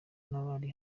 n’abari